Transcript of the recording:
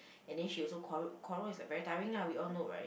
and then she also quarreled quarrel is a very tiring lah we all know right